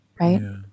right